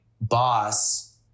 boss